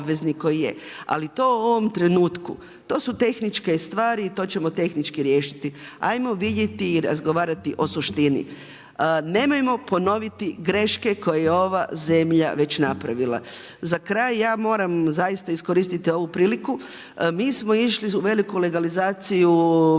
ali to u ovom trenutku tko su tehničke stvari i to ćemo tehnički riješiti. Ajmo vidjeti i razgovarati o suštini. Nemojmo ponoviti greške koje je ova zemalja već napravila. Za kraj ja moram zaista iskoristiti ovu priliku, mi smo išli u veliku legalizaciju vezano